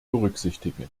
berücksichtigen